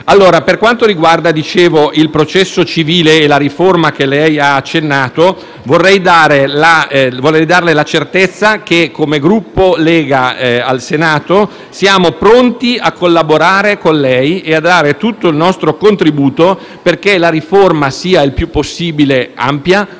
voce. Per quanto riguarda il processo civile e la riforma cui lei ha accennato, vorrei darle la certezza che il Gruppo della Lega al Senato è pronta a collaborare con lei e a dare tutto il suo contributo perché la riforma sia il più possibile ampia